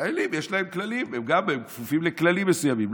לאלים יש כללים, הם כפופים לכללים מסוימים.